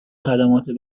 خدمات